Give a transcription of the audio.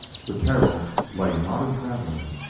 the peril lay not in traveling,